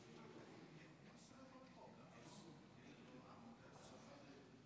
עד שלוש דקות לרשותך, בבקשה.